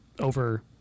over